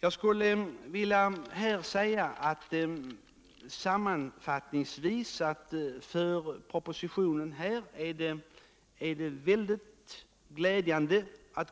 Sammanfattningsvis skulle jag vilja säga att det är glädjande aut